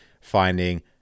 finding